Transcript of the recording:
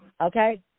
Okay